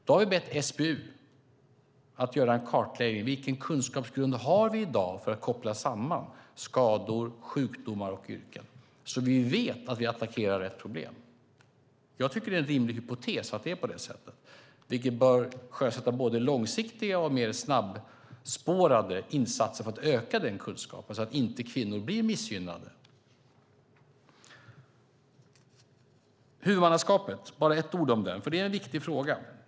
Vi har bett SBU göra en kartläggning av vilken kunskapsgrund vi har i dag för att koppla samman skador, sjukdomar och yrken så att vi vet att vi attackerar rätt problem. Jag tycker att det är en rimlig hypotes att det är på det sättet, vilket bör sjösätta både långsiktiga och mer snabbspårade insatser för att öka den kunskapen så att inte kvinnor blir missgynnade. Jag vill även säga ett ord om huvudmannaskapet, för det är en viktig fråga.